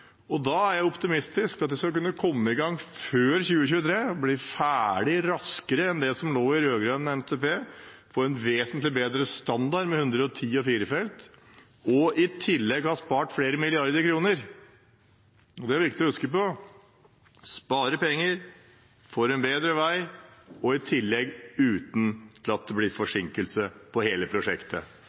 Da er jeg optimistisk med tanke på at de vil komme i gang før 2023 og bli ferdig raskere enn det som lå i rød-grønn NTP, med en vesentlig bedre standard, med 110 og firefelts, og i tillegg ha spart flere milliarder kroner. Det er viktig å huske på: En sparer penger, får en bedre vei og i tillegg uten at det blir forsinkelser i hele prosjektet.